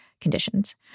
conditions